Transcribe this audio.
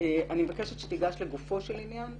ואני מבקשת שתיגש לגופו של עניין.